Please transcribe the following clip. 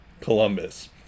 Columbus